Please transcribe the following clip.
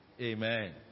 Amen